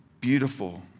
beautiful